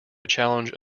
challenge